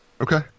Okay